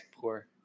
poor